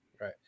Right